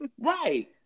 Right